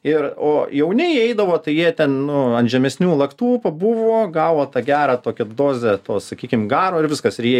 ir o jauni jie eidavo tai jie ten nu ant žemesnių laktų pabuvo gavo tą gerą tokią dozę to sakykim garo ir viskas ir jie